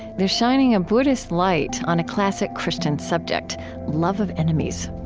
they're shining a buddhist light on a classic christian subject love of enemies